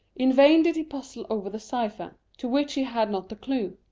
in vain did he puzzle over the cypher, to which he had not the clue.